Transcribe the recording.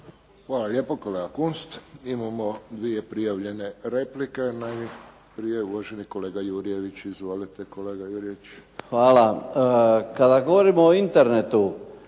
Hvala lijepo, kolega Kunst. Imamo dvije prijavljene replike. Najprije uvaženi kolega Jurjević. Izvolite, kolega Jurjević. **Jurjević, Marin (SDP)** Hvala. Kada govorimo o Internetu